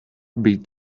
beat